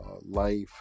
life